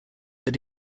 that